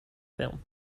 film